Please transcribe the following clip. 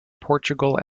portugal